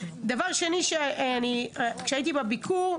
דבר שני, כשהייתי בביקור,